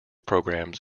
programs